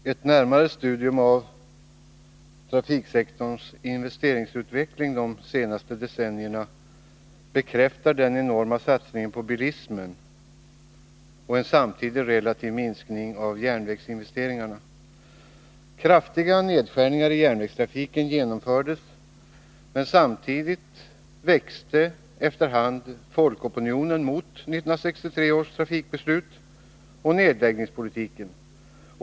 Herr talman! Ett närmare studium av trafiksektorns investeringsutveckling de senaste decennierna bekräftar den enorma satsningen på bilismen och en samtidig relativ minskning av järnvägsinvesteringarna. Kraftiga nedskärningar i järnvägstrafiken genomfördes, men samtidigt växte efter hand folkopinionen mot 1963 års trafikbeslut och nedläggningspolitiken.